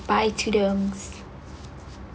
buy tudung